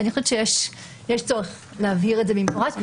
אני חושבת שיש צורך להבהיר את זה במפורש.